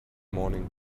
morning